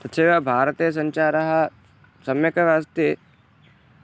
तथैव भारते सञ्चारः सम्यगेव अस्ति